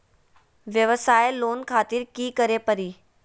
वयवसाय लोन खातिर की करे परी?